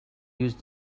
use